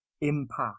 impact